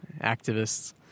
activists